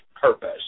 purpose